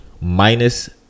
minus